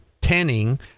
tanning